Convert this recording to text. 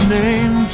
name